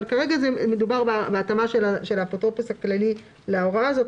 כרגע מדובר בהתאמה של האפוטרופוס הכללי להוראה הזאת,